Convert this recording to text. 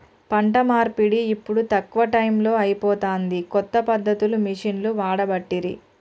పంట నూర్పిడి ఇప్పుడు తక్కువ టైములో అయిపోతాంది, కొత్త పద్ధతులు మిషిండ్లు వాడబట్టిరి